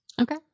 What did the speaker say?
Okay